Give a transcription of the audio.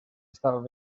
estaban